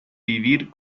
vivir